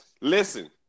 listen